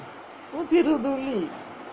நூத்தி இருவது வெள்ளி:noothi iruvathu velli